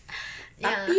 ya